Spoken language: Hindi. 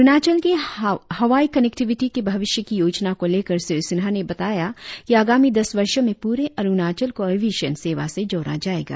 अरुणाचल के हवाई कनेक्टिविटी के भविष्य की योजना को लेकर श्री सिन्हा ने बताया कि आगामी दस वर्षो में पूरे अरुणाचल को एविएशन सेवा से जोड़ा जाएगा